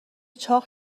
چاق